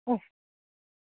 उफ